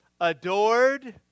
adored